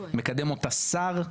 מקדם אותה שר?